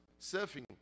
surfing